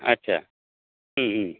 अच्छा